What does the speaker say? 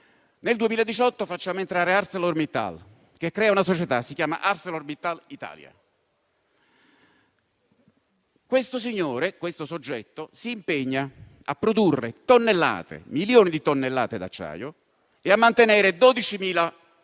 nel 2018 facciamo entrare Arcelor Mittal, che crea una società che si chiama Arcelor Mittal Italia. Questo soggetto si impegna a produrre milioni di tonnellate d'acciaio e a mantenere 12.000 posti